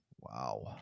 Wow